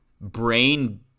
brain